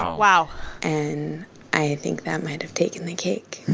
wow wow and i think that might have taken the cake.